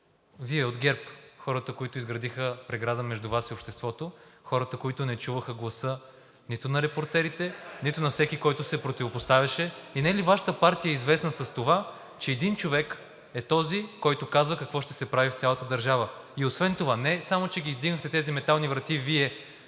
Вие от ГЕРБ хората, които изградиха преграда между Вас и обществото, хората, които не чуваха гласа нито на репортерите, нито на всеки, който се противопоставяше (шум и реплики), и не е ли Вашата партия известна с това, че един човек е този, който казва какво ще се прави в цялата държава? И освен това не само че издигнахте тези метални врати Вие